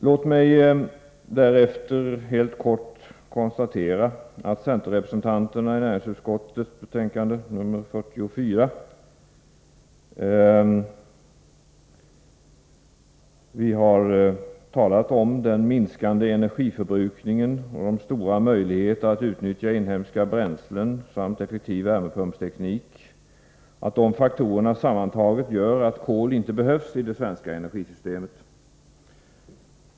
Låt mig därefter helt kort konstatera, som centerrepresentanterna har gjort i näringsutskottets betänkande 44, att den minskande energiförbrukningen, de stora möjligheterna att utnyttja inhemska bränslen samt en effektiv värmepumpsteknik sammantaget gör att kol inte behövs i det svenska energisystemet.